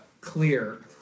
clear